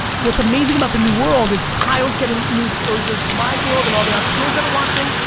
ah what's amazing about the new world is kyle's getting new exposure to my world and all the entrepreneurs that're watching.